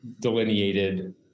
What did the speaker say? delineated